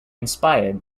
inspired